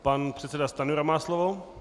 Pan předseda Stajnura má slovo.